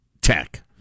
tech